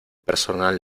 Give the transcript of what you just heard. personal